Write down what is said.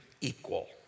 equal